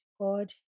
god